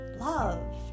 love